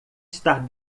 estar